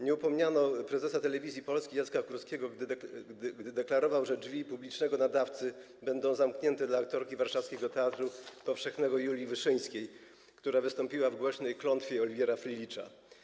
Nie upomniano prezesa Telewizji Polskiej Jacka Kurskiego, gdy deklarował, że drzwi publicznego nadawcy będą zamknięte dla aktorki warszawskiego Teatru Powszechnego Julii Wyszyńskiej, która wystąpiła w głośnej „Klątwie” Olivera Frljića.